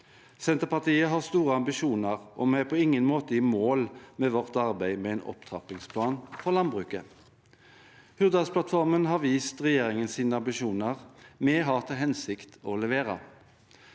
Senterpartiet har store ambisjoner, og vi er på ingen måte i mål med vårt arbeid med en opptrappingsplan for landbruket. Hurdalsplattformen har vist regjeringens ambisjoner, og vi har til hensikt å levere.